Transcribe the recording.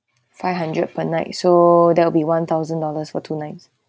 five hundred per night so there'll be one thousand dollars for two nights